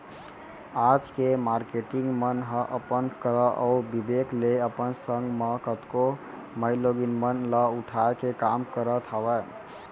आज के मारकेटिंग मन ह अपन कला अउ बिबेक ले अपन संग म कतको माईलोगिन मन ल उठाय के काम करत हावय